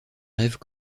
rêves